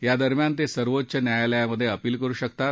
या दरम्यान ते सर्वोच्च न्यायालयात अपील करू शकतात